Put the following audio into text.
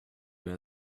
were